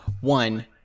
one